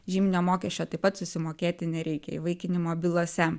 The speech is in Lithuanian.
žyminio mokesčio taip pat susimokėti nereikia įvaikinimo bylose